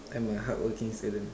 I'm a hardworking student